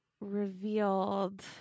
revealed